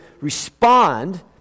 respond